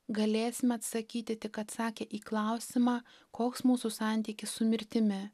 galėsim atsakyti tik atsakė į klausimą koks mūsų santykis su mirtimi